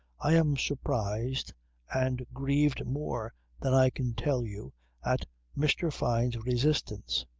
i am surprised and grieved more than i can tell you at mr. fyne's resistance.